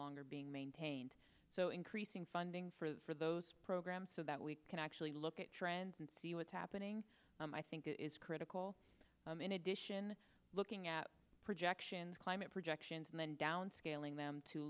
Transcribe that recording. longer being maintained so increasing funding for those programs so that we can actually look at trends and see what's happening i think is critical in addition looking at projections climate projections and then downscaling them t